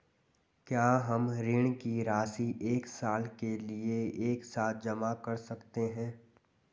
क्या हम ऋण की राशि एक साल के लिए एक साथ जमा कर सकते हैं?